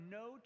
no